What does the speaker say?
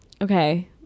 okay